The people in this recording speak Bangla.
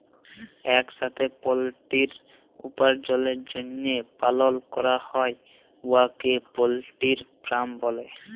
ইকসাথে পলটিরি উপার্জলের জ্যনহে পালল ক্যরা হ্যয় উয়াকে পলটিরি ফার্মিং ব্যলে